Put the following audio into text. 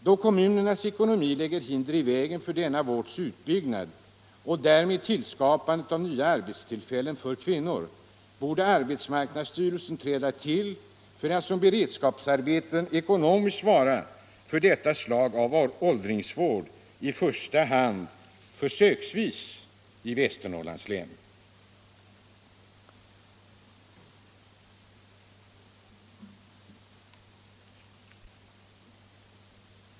Då kommunernas ekonomi lägger hinder i vägen för denna vårds utbyggnad och därmed tillskapandet av nya arbetstillfällen för kvinnor, borde arbetsmarknadsstyrelsen träda till och genom att göra dessa arbeten till beredskapsarbeten ekonomiskt svara för detta slag av åldringsvård, i första hand försöksvis i Västernorrlands län.